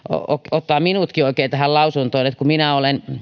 ottaa minutkin oikein tähän lausuntoon kun minä olen